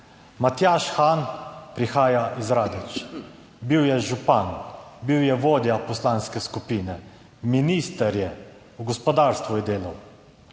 Matjaž Han prihaja iz Radeč, bil je župan, bil je vodja poslanske skupine, minister je, v gospodarstvu je delal.